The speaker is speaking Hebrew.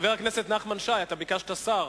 חבר הכנסת נחמן שי, אתה ביקשת שר.